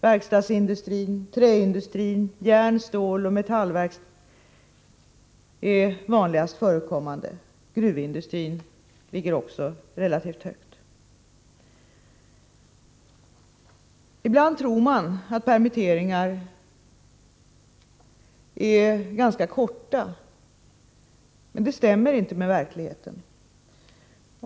Verkstadsindustrin, träindustrin, järn-, ståloch metallverksindustrin är vanligast förekommande; gruvindustrin ligger också relativt högt. Ibland tror man att permitteringar är ganska kortvariga, men det stämmer inte med verkligheten.